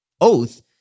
oath